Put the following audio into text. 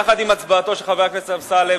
יחד עם הצבעתו של חבר הכנסת אמסלם,